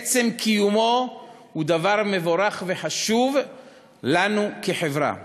עצם קיומו הוא דבר מבורך וחשוב לנו כחברה.